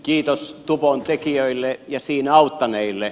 kiitos tupon tekijöille ja siinä auttaneille